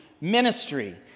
ministry